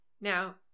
now